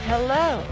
Hello